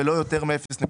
ולא יותר מ־0.4,